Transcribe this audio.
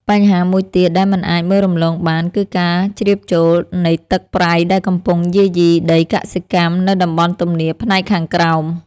បញ្ហាមួយទៀតដែលមិនអាចមើលរំលងបានគឺការជ្រាបចូលនៃទឹកប្រៃដែលកំពុងយាយីដីកសិកម្មនៅតំបន់ទំនាបផ្នែកខាងក្រោម។